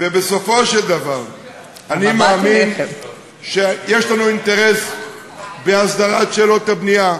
ובסופו של דבר אני מאמין שיש לנו אינטרס בהסדרת שאלות הבנייה.